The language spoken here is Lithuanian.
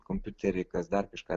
kompiuterį kas dar kažką